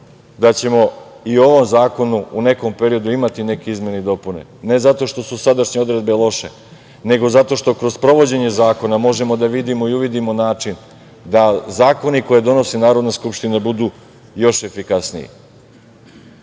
da ćemo i ovom zakonu u nekom periodu imati neke izmene i dopune, ne zato što su sadašnje odredbe loše, nego zato što kroz sprovođenje zakona možemo da vidimo i uvidimo način da zakoni koje donosi Narodna skupština budu još efikasniji. Znači,